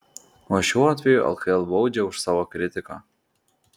o šiuo atveju lkl baudžia už savo kritiką